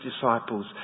disciples